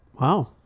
Wow